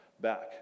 back